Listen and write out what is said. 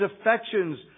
affections